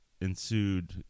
ensued